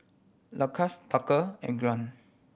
Lukas Tucker and Grant